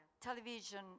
television